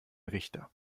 richter